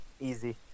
easy